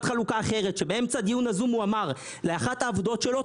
חלוקה אחרת שבאמצע הדיון בזום הוא אמר לאחת העובדות שלו,